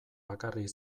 bakarrik